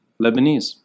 Lebanese